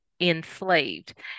enslaved